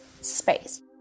space